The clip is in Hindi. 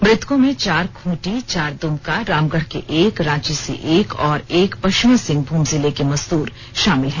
मृतकों में चार खूंटी चार दुमका रामगढ़ के एक रांची से एक और एक पश्चिमी सिंहभूम जिले के मजदूर शामिल हैं